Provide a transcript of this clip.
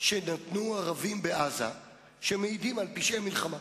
שנתנו ערבים בעזה שמעידים על פשעי מלחמה.